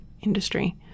industry